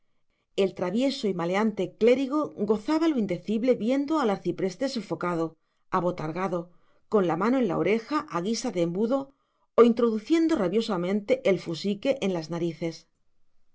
el travieso y maleante clérigo gozaba lo indecible viendo al arcipreste sofocado abotargado con la mano en la oreja a guisa de embudo o introduciendo rabiosamente el fusique en las narices